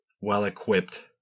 well-equipped